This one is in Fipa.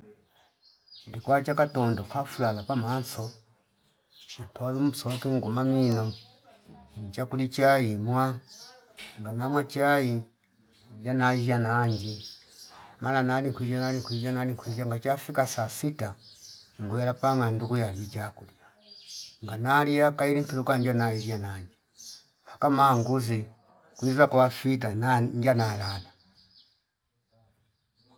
Ndikwacha katondo kafulala pamanso ipolu musoki nguma mwino ichakuli chaimwa ngamama chai injana injia nanji mala nani kwino nali kwizsho nali kwizsho ngacha fika saa sita ngwila panga nduku yani chakulia nganalia kaili tulu kange nailia nanje kama nguzi kwiza kwafi tana ngia nalala